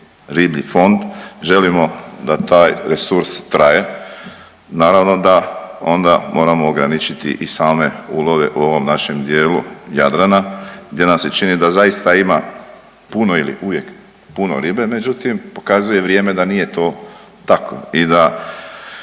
riblji fond, želimo da taj resurs traje naravno da onda moramo ograničiti i same ulove u ovom našem dijelu Jadrana gdje nam se čini da zaista ima puno ili uvijek puno ribe, međutim pokazuje vrijeme da nije to tako i da